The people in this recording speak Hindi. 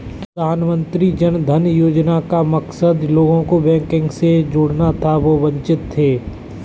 प्रधानमंत्री जन धन योजना का मकसद लोगों को बैंकिंग से जोड़ना था जो वंचित थे